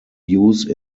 use